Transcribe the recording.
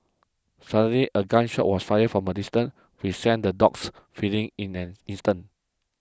suddenly a gun shot was fired from a distance which sent the dogs fleeing in an instant